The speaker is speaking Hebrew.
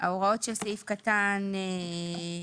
ההוראות של סעיף קטן (ה)